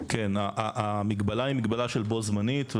כן, המגבלה היא מגבלה של בו זמנית.